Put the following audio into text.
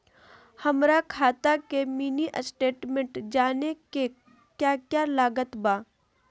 हमरा खाता के मिनी स्टेटमेंट जानने के क्या क्या लागत बा?